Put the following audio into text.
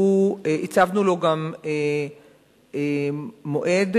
הצבנו לו גם מועד,